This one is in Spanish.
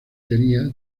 tenía